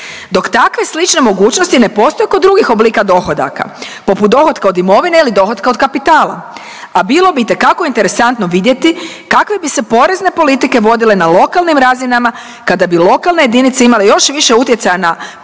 dok takve slične mogućnosti ne postoje kod drugih oblika dohodaka, poput dohotka od imovine ili dohotka od kapitala, a bilo bi itekako interesantno vidjeti kakve bi se porezne politike vodile na lokalnim razinama kada bi lokalne jedinice imale još više utjecaja na